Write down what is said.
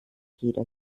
jeder